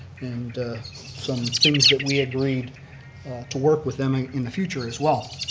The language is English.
and some things that we agreed to work with them ah in the future as well.